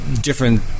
different